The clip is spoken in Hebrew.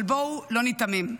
אבל בואו לא ניתמם: